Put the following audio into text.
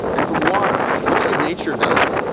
and from water, much like nature does.